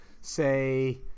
say